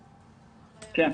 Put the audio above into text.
כן.